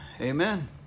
amen